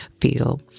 feel